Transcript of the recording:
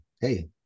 hey